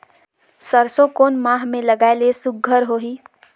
सरसो कोन माह मे लगाय ले सुघ्घर होही?